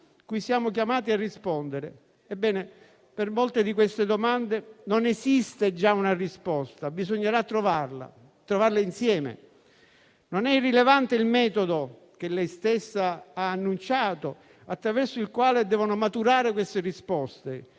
per molte di queste domande non esiste già una risposta, ma bisognerà trovarla e bisognerà farlo insieme. Non è irrilevante il metodo, che lei stessa ha annunciato, attraverso il quale devono maturare queste risposte: